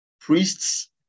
priests